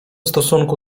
stosunku